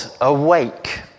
awake